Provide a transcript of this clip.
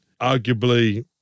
Arguably